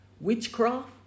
witchcraft